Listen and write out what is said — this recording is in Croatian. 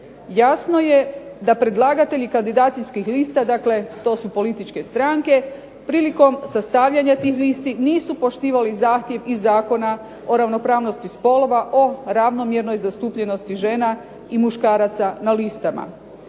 Jasno je da predlagatelji kandidacijskih lista, to su političke strane prilikom sastavljanja tih listi nisu poštivali zahtjev iz Zakona o ravnopravnosti spolova, o ravnomjernoj zastupljenosti žena i muškaraca na listama